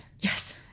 Yes